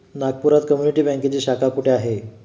नागपुरात कम्युनिटी बँकेची शाखा कुठे आहे?